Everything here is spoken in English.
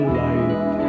light